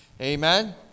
Amen